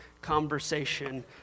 conversation